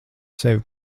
sevi